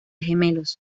gemelos